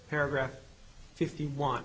paragraph fifty one